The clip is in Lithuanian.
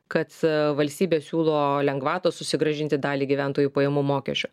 kad valstybė siūlo lengvatą susigrąžinti dalį gyventojų pajamų mokesčio